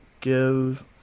give